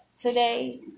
today